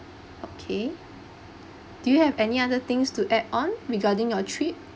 okay do you have any other things to add on regarding your trip